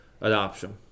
adoption